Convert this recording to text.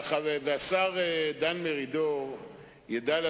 מסכים, כשאתה על הבמה, שמישהו ידבר כמוך בצד.